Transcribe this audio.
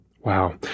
Wow